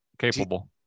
capable